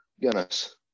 Guinness